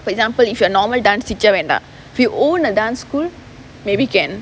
for example if you are a normal dance teacher வேண்டா:vendaa if you own a dance school maybe can